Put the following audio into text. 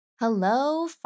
Hello